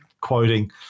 quoting